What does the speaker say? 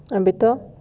habis tu